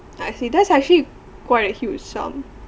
I see that's actually quite a huge sum